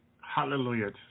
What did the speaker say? Hallelujah